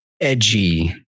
edgy